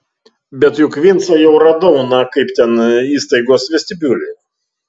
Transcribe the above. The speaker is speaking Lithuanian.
bet juk vincą jau radau na kaip ten įstaigos vestibiulyje